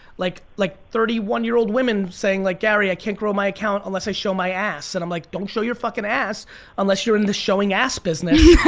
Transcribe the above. like like thirty one year old women saying, like gary i can't grow my account unless i show my ass. and i'm like, don't show your fucking ass unless you're in the showing ass business.